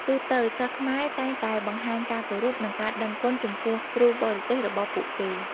ទូទៅ សិស្សខ្មែរតែងតែបង្ហាញការគោរព និងការដឹងគុណចំពោះគ្រូបរទេសរបស់ពួកគេ។